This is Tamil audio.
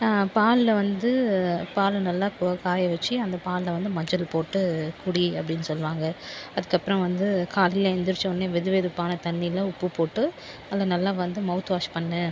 பாலில் வந்து பாலை நல்லா கொ காயவச்சி அந்த பாலில் வந்து மஞ்சள் போட்டு குடி அப்படின்னு சொல்லுவாங்க அதற்கப்புறம் வந்து காலையில எந்திரிச்சோனே வெது வெதுப்பான தண்ணியில உப்பு போட்டு அதை நல்லா வந்து மவுத் வாஷ் பண்ணு